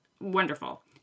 wonderful